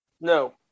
No